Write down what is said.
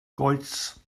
goets